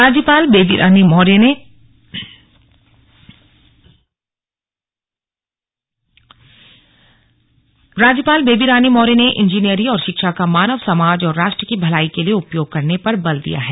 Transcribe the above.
राज्यपाल दीक्षांत समारोह राज्यपाल बेबीरानी मौर्य ने इंजीनयरी और शिक्षा का मानव समाज और राष्ट्र की भलाई के लिए उपयोग करने पर बल दिया है